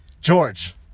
George